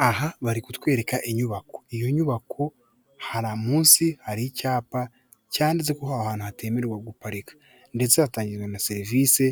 Kaburimbo irimo imodoka ifite ibara ry'ivu, hirya yayo hubatse inzu iri mu marange y'umweru ndetse n'umukara, inzu ikikijwe